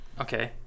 okay